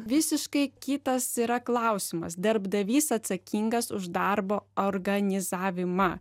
visiškai kitas yra klausimas darbdavys atsakingas už darbo organizavimą